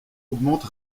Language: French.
augmente